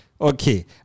Okay